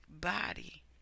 body